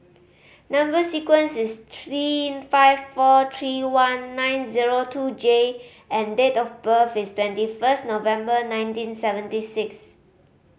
number sequence is T five four three one nine zero two J and date of birth is twenty first November nineteen seventy six